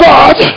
God